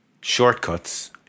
shortcuts